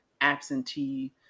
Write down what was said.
absentee